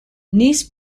niece